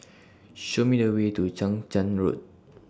Show Me The Way to Chang Charn Road